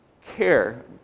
care